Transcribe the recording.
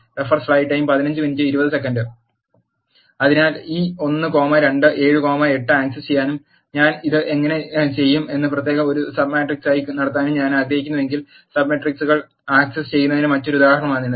അതിനാൽ ഈ 1 comma 2 7 comma 8 access ചെയ്യാനും ഞാൻ ഇത് എങ്ങനെ ചെയ്യും എന്ന് പ്രത്യേകം ഒരു സബ് മാട്രിക്സായി നടത്താനും ഞാൻ ആഗ്രഹിക്കുന്നുവെങ്കിൽ സബ് മെട്രിക്സുകൾ ആക്സസ് ചെയ്യുന്നതിന്റെ മറ്റൊരു ഉദാഹരണമാണിത്